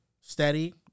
steady